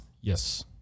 Yes